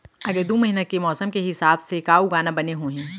आगे दू महीना के मौसम के हिसाब से का उगाना बने होही?